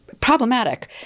problematic